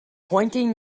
pointing